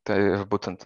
tai būtent